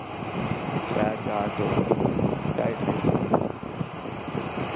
चार चार टोल ढाई ढाई सौ